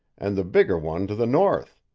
and the bigger one to the north.